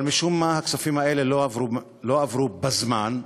אבל משום מה הכספים האלה לא עברו בזמן,